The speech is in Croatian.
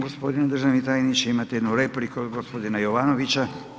Gospodine državni tajniče imate jednu repliku gospodina Jovanovića.